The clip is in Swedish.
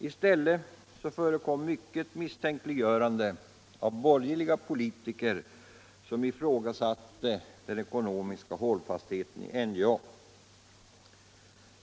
I stället förekom mycket misstänkliggörande av borgerliga politiker som ifrågasatte den ekonomiska hållfastheten i NJA.